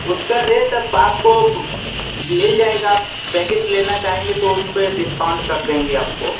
उसका rate up आपको मिल जाएगा पैकेट लेना चाहेंगे तो उस पर डिस्काउन्ट कर देंगे आपको